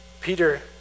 Peter